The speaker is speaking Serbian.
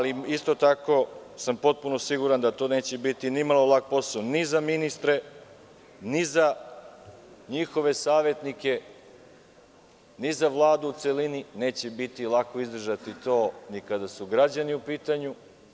Isto tako sam potpuno siguran da to neće biti ni malo lak posao ni za ministre, ni za njihove savetnike, ni za Vladu u celini, neće biti lako izdržati to ni kada su građani u pitanju.